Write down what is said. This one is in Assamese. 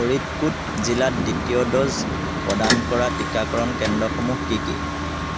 ফৰিদকোট জিলাত দ্বিতীয় ড'জ প্ৰদান কৰা টীকাকৰণ কেন্দ্ৰসমূহ কি কি